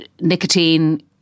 nicotine